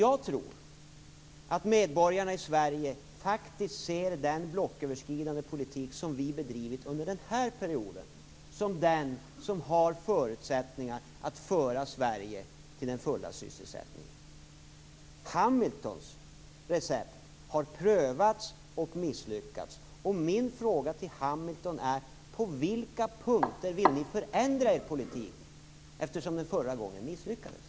Jag tror att medborgarna i Sverige faktiskt ser den blocköverskridande politik som vi har bedrivit under den här perioden som den som har förutsättningar att föra Sverige till den fulla sysselsättningen. Hamiltons recept har prövats och misslyckats. Min fråga till Hamilton är: På vilka punkter vill ni förändra er politik eftersom den förra gången misslyckades?